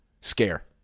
scare